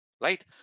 right